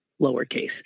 lowercase